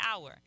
hour